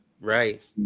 right